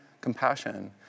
compassion